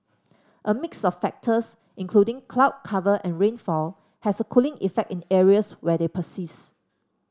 a mix of factors including cloud cover and rainfall has a cooling effect in areas where they persist